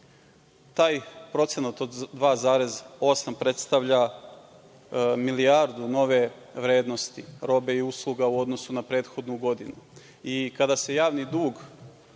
taj procenat od 2,8% predstavlja milijardu nove vrednosti, robe i usluga, u odnosu na prethodnu godinu i kada se javni dug,